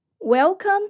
Welcome